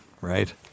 right